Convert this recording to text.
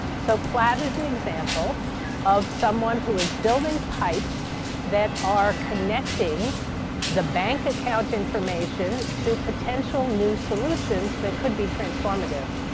so plaid is an example of someone who is building pipes that are connecting the bank account information to potential new solutions that could be transformative.